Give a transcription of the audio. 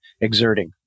exerting